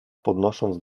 podnosząc